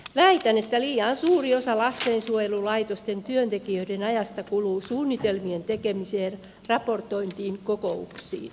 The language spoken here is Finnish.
väitän että liian suuri osa lastensuojelulaitosten työntekijöiden ajasta kuluu suunnitelmien tekemiseen raportointiin kokouksiin